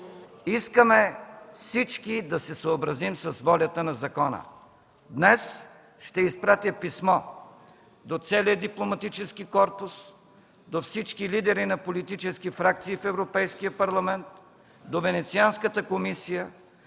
Искаме всички да се съобразим с волята на закона. Днес ще изпратя писмо до целия дипломатически корпус, до всички лидери на политически фракции в Европейския парламент, до Венецианската комисия